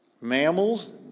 mammals